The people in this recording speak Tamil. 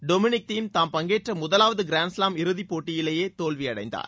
டொமினிக் தீம் தாம் பங்கேற்ற முதலாவது கிராண்ஸ்லாம் இறுதி போட்டியிலேயே தோல்வியடைந்தார்